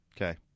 Okay